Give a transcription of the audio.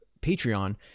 Patreon